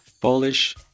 Polish